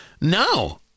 No